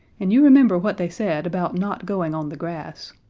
and you remember what they said about not going on the grass.